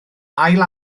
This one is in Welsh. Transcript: ail